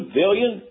billion